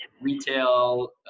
retail